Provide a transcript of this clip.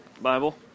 Bible